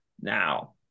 now